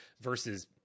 versus –